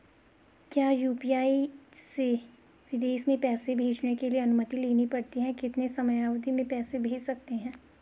क्या यु.पी.आई से विदेश में पैसे भेजने के लिए अनुमति लेनी पड़ती है कितने समयावधि में पैसे भेज सकते हैं?